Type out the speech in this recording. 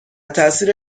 تاثیر